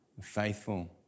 faithful